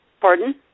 Pardon